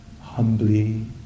humbly